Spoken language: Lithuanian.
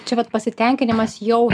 čia vat pasitenkinimas jau